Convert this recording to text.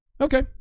Okay